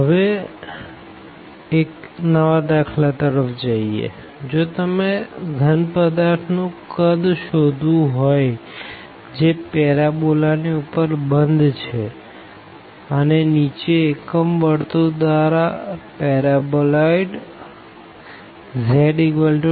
હવે નવા દાખલા તરફ આગળ વધીએજો તમને ઘન પદાર્થ નું કદ શોધવું હોઈ જે પેરબોલા ની ઉપર બંધ છે અને નીચે એકમ સર્કલ દ્વારાપેરાબ્લોઈડ z9 x2 y2